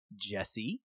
Jesse